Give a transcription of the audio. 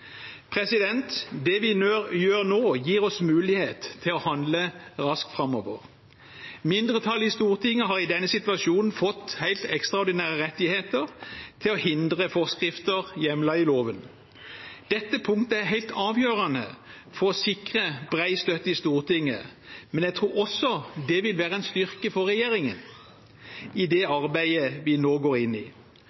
velges. Det vi gjør nå, gir oss mulighet til å handle raskt framover. Mindretallet i Stortinget har i denne situasjonen fått helt ekstraordinære rettigheter til å hindre forskrifter hjemlet i loven. Dette punktet er helt avgjørende for å sikre bred støtte i Stortinget, men jeg tror også det vil være en styrke for regjeringen i det